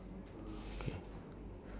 blue color that is toppled over